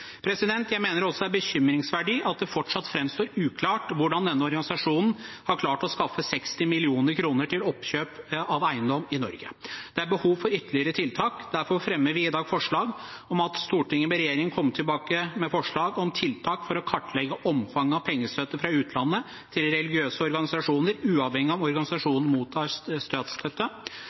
Jeg mener det også er bekymringsverdig at det fortsatt framstår uklart hvordan denne organisasjonen har klart å skaffe 60 mill. kr til oppkjøp av eiendom i Norge. Det er behov for ytterligere tiltak. Derfor fremmer vi i dag følgende forslag: «Stortinget ber regjeringen komme tilbake med forslag om tiltak for å kartlegge omfanget av pengestøtte fra utlandet til religiøse organisasjoner, uavhengig av om organisasjonen mottar statsstøtte.»